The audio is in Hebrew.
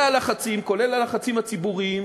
והלחצים, כולל הלחצים הציבוריים,